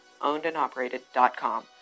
ownedandoperated.com